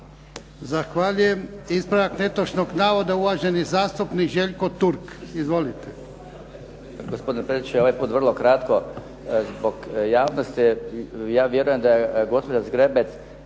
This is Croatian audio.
Zahvaljujem. Ispravak netočnog navoda uvaženi zastupnik Željko Turk. Izvolite. **Turk, Željko (HDZ)** Gospodine predsjedniče, ovaj put vrlo kratko. Javnost je, ja vjerujem da je gospođa Zgrebec